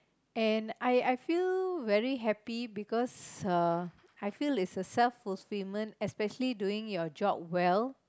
and I I feel very happy because I feel it's a self fulfillment especially doing your job well